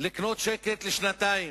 שקט לשנתיים.